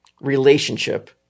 relationship